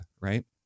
right